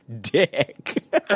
dick